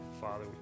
Father